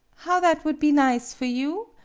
how that would be nize for you!